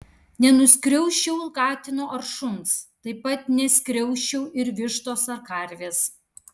nenuskriausčiau katino ar šuns taip pat neskriausčiau ir vištos ar karvės